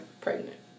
pregnant